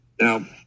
Now